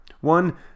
one